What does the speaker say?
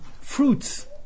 fruits